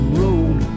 road